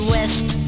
West